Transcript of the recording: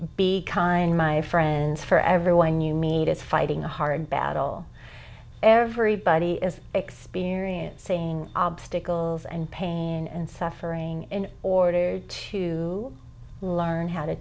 be kind my friends for everyone you meet is fighting a hard battle everybody is experiencing obstacles and pain and suffering in order to learn how to